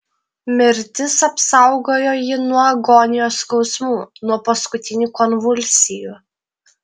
mirtis apsaugojo jį nuo agonijos skausmų nuo paskutinių konvulsijų